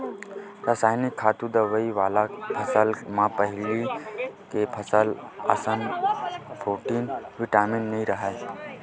रसइनिक खातू, दवई वाला फसल म पहिली के फसल असन प्रोटीन, बिटामिन नइ राहय